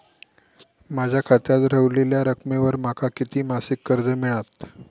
माझ्या खात्यात रव्हलेल्या रकमेवर माका किती मासिक कर्ज मिळात?